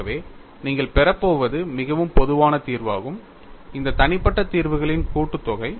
ஆகவே நீங்கள் பெறப்போவது மிகவும் பொதுவான தீர்வாகும் இந்த தனிப்பட்ட தீர்வுகளின் கூட்டுத்தொகை